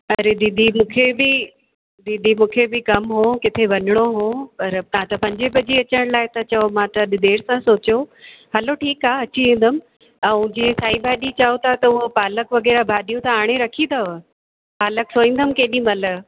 अरे दीदी मूंखे बि दीदी मूंखे बि कमु हो किथे वञिणो हो पर तव्हां त पंजे बजे अचनि लाइ था चओ मां त अजु देरि सां सोचियो हलो ठिकु आहे अची वेंदमि ऐं जीअं साई भाॼी चओ था उहो पालक वगै़रह भाॼियूं त आणे रखी अथव पालक सोईंदमि केॾीमहिल